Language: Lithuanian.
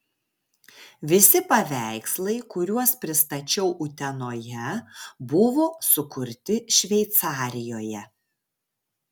visi paveikslai kuriuos pristačiau utenoje buvo sukurti šveicarijoje